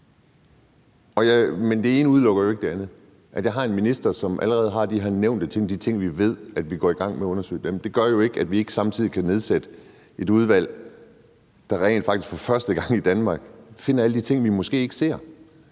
men det ene udelukker jo ikke det andet. At jeg har en minister, som allerede har nævnt de her ting, som vi ved vi går i gang med undersøge, gør jo ikke, at vi ikke samtidig kan nedsætte et udvalg, der rent faktisk for første gang i Danmark finder alle de ting, vi måske ikke ser.